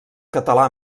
català